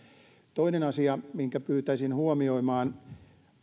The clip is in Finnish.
toinen asia minkä pyytäisin huomioimaan